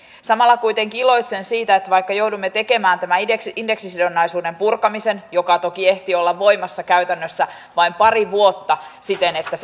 samalla kuitenkin iloitsen siitä että vaikka joudumme tekemään tämän indeksisidonnaisuuden purkamisen joka toki ehti olla voimassa käytännössä vain pari vuotta siten että